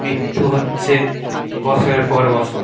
মৃৃত্যু হচ্ছে বছরের পর বছর